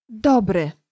Dobry